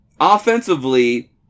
Offensively